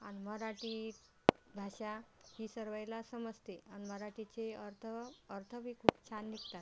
आणि मराठी भाषा ही सर्वांना समजते आणि मराठीचे अर्थ अर्थ बी खूप छान निघतात